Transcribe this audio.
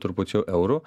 trupučiu eurų